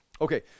Okay